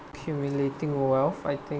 accumulating wealth I think